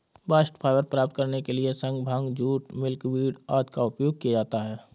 bast fibre प्राप्त करने के लिए सन, भांग, जूट, मिल्कवीड आदि का उपयोग किया जाता है